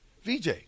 VJ